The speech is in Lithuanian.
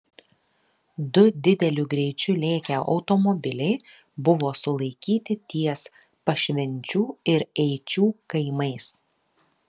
du dideliu greičiu lėkę automobiliai buvo sulaikyti ties pašvenčių ir eičių kaimais